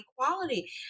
equality